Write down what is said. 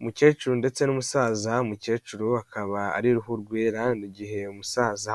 Umukecuru ndetse n'umusaza, umukecuru akaba ari ruhu rwera, mu gihe umusaza